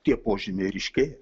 tie požymiai ryškėja